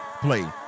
play